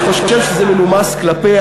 אני חושב שזה מנומס כלפיה,